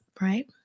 right